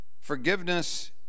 Forgiveness